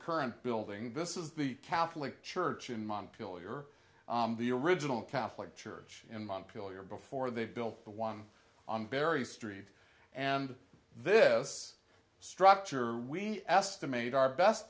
current building this is the catholic church in montpelier the original catholic church in montreal year before they built the one on bury street and this structure we estimate our best